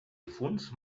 difunts